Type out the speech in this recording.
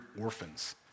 orphans